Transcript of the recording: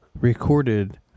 recorded